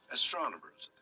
astronomers